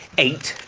eight,